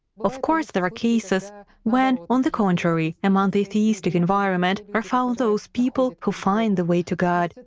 of course, there are cases when, on the contrary, among the atheistic environment are found those people who find the way to god.